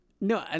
No